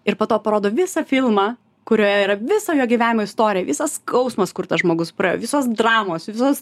ir po to parodo visą filmą kurioje yra visa jo gyvenimo istorija visas skausmas kur tas žmogus praėjo visos dramos visos